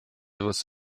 was